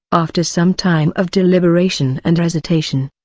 after some time of deliberation and hesitation.